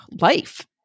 life